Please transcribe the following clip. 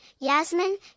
yasmin